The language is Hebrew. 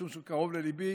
משום שהוא קרוב לליבי,